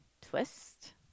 Twist